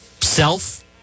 self